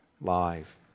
live